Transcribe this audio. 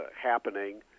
happening